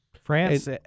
France